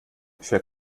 für